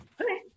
Okay